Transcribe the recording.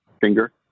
finger